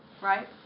right